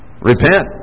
Repent